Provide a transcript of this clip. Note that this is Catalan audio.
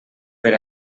per